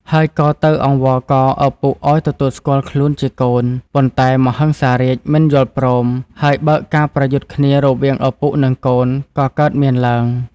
ហើយក៏ទៅអង្វរករឪពុកឱ្យទទួលស្គាល់ខ្លួនជាកូន ប៉ុន្តែមហិង្សារាជមិនយល់ព្រម ហើយបើកការប្រយុទ្ធគ្នារវាងឪពុកនឹងកូនក៏កើតមានឡើង។